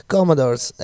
Commodore's